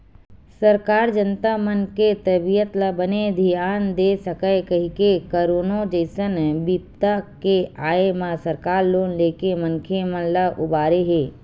सरकार जनता मन के तबीयत ल बने धियान दे सकय कहिके करोनो जइसन बिपदा के आय म सरकार लोन लेके मनखे मन ल उबारे हे